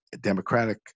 Democratic